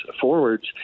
forwards